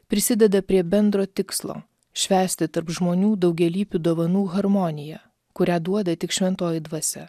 prisideda prie bendro tikslo švęsti tarp žmonių daugialypių dovanų harmoniją kurią duoda tik šventoji dvasia